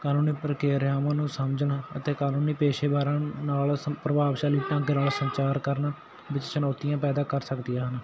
ਕਾਨੂੰਨੀ ਪ੍ਰਕਿਰਿਆਵਾਂ ਨੂੰ ਸਮਝਣ ਅਤੇ ਕਾਨੂੰਨੀ ਪੇਸ਼ੇਵਰਾਂ ਨੂੰ ਨਾਲ ਸ ਪ੍ਰਭਾਵਸ਼ਾਲੀ ਢੰਗ ਨਾਲ ਸੰਚਾਰ ਕਰਨ ਵਿੱਚ ਚੁਣੌਤੀਆਂ ਪੈਦਾ ਕਰ ਸਕਦੀਆਂ ਹਨ